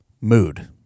mood